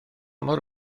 mor